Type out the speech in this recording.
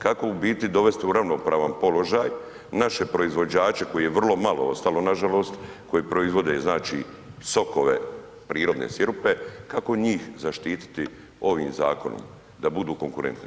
Kako u biti dovesti u ravnopravan položaj naše proizvođače kojih je vrlo malo ostalo nažalost, koji proizvode znači sokove, prirodne sirupe, kako njih zaštititi ovim zakonom da budu konkurentni?